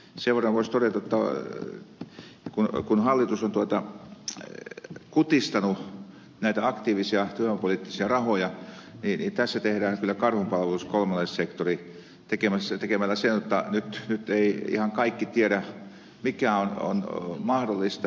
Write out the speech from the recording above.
seuraavana voisi todeta jotta kun hallitus on kutistanut näitä aktiivisia työvoimapoliittisia rahoja niin tässä tehdään kyllä karhunpalvelus kolmannelle sektorille tekemällä se jotta nyt eivät ihan kaikki tiedä mikä on mahdollista